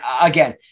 again